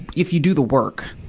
if you do the work.